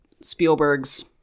Spielberg's